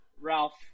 Ralph